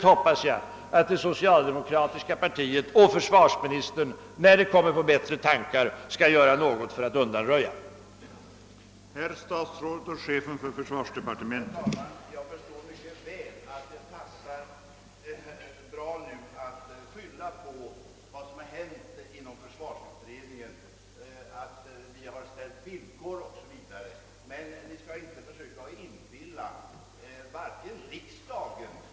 Jag hoppas att det socialdemokratiska partiet och försvarsministern, när man inom socialdemokratin kommer på bättre tankar, skall göra allt för att undanröja tvivel härvidlag.